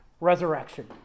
Resurrection